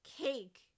cake